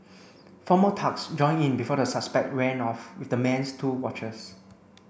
four more thugs joined in before the suspect ran off with the man's two watches